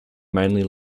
mainly